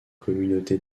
communauté